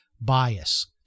bias